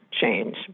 change